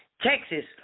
texas